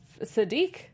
Sadiq